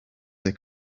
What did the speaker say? they